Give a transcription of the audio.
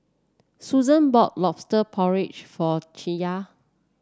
Susann bought lobster porridge for Chaya